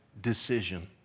decision